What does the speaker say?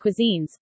cuisines